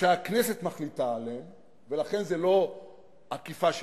שהכנסת מחליטה עליהם ולכן זה לא עקיפה של